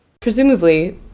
Presumably